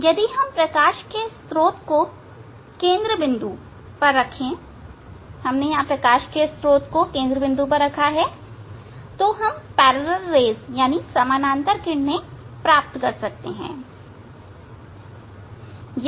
यदि हम प्रकाश के स्त्रोत को केंद्र बिंदु पर रखें तो हम समानांतर किरणें प्राप्त कर सकते हैं